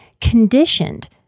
conditioned